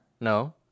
no